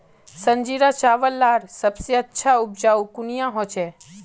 संजीरा चावल लार सबसे अच्छा उपजाऊ कुनियाँ होचए?